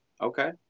Okay